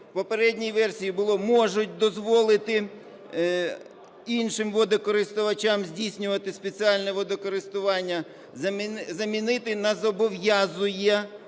попередній версії було – "можуть дозволити іншим водокористувачам здійснювати спеціальне водокористування" замінити на "зобов'язує